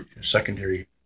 secondary